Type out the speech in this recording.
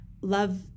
love